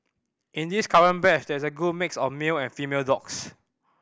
in this current batch there is a good mix of male and female dogs